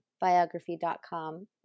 Biography.com